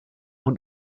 und